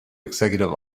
executive